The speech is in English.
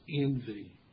envy